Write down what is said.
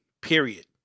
period